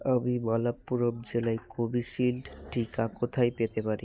আমি মালাপ্পুরম জেলায় কোভিশিল্ড টিকা কোথায় পেতে পারি